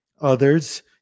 Others